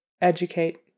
educate